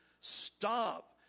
stop